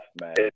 man